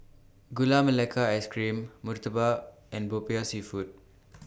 Gula Melaka Ice Cream Murtabak and Popiah Seafood